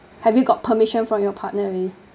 have you got permission from your partner already